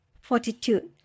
Fortitude